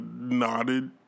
nodded